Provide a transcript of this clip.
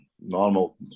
normal